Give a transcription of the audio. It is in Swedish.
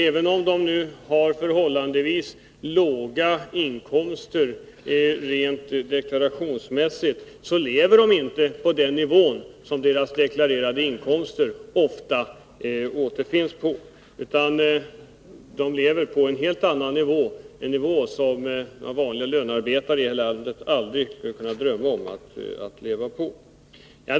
Även om de nu har förhållandevis låga inkomster rent deklarationsmässigt, lever de ofta inte på den nivå där deras deklarerade inkomster ligger. De lever på en helt annan nivå — en nivå som vanliga lönarbetare här i landet inte skulle drömma om att nå.